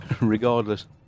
regardless